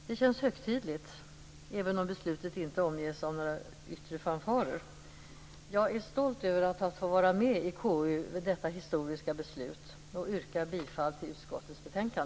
Det känns högtidligt, även om beslutet inte omges med några yttre fanfarer. Jag är stolt över att ha fått vara med i KU vid detta historiska beslut och yrkar bifall till utskottets hemställan.